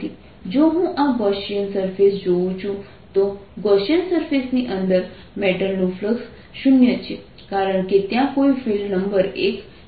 જો હું આ ગોસિયન સરફેસ જોઉં છું તો ગોસિયન સરફેસની અંદર મેટલનું ફ્લક્સ 0 છે કારણ કે ત્યાં કોઈ ફિલ્ડ નંબર 1 નથી